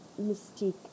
mystique